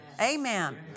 Amen